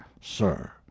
sir